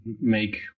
make